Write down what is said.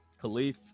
Khalif